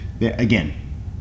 again